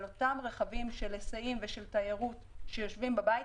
אבל אותם רכבים של היסעים ושל תיירות שיושבים בבית,